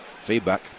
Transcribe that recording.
Feedback